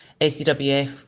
SCWF